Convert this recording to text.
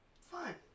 fine